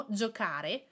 giocare